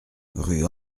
rue